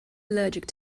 allergic